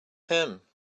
him